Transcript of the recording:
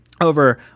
over –